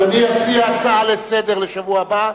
אדוני יציע הצעה לסדר-היום לשבוע הבא,